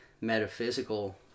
metaphysical